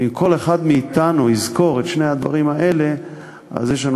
ואם כל אחד מאתנו יזכור את שני הדברים האלה יש לנו